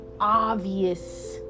obvious